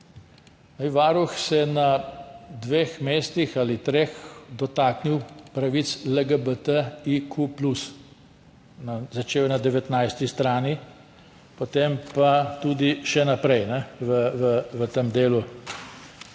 Varuh se je na dveh ali treh mestih dotaknil pravic LGBTIQ+, začel je na 19. strani, potem pa tudi še naprej v tem delu.